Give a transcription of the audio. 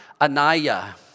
Anaya